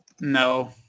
No